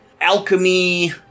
alchemy